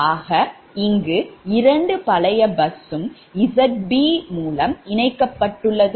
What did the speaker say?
ஆக இங்கு 2 பழைய பஸ்வும் Zb மூலம் இணைக்கப்பட்டுள்ளது